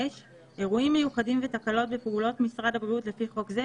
אירועים מיוחדים ותקלות בפעולות משרד הבריאות לפי חוק זה,